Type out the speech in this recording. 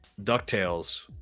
DuckTales